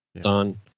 done